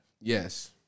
Yes